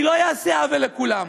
אני לא אעשה עוול לכולם,